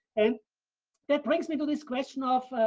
and that brings me to this question of,